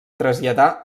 traslladà